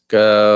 go